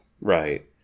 Right